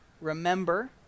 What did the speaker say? remember